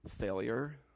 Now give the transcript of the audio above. failure